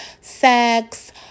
sex